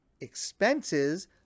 expenses